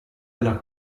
della